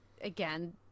again